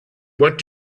what